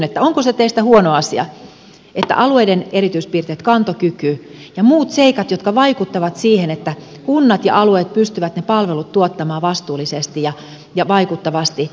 onko se teistä huono asia että otetaan huomioon alueiden erityispiirteet kantokyky ja muut seikat jotka vaikuttavat siihen että kunnat ja alueet pystyvät ne palvelut tuottamaan vastuullisesti ja vaikuttavasti